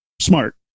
smart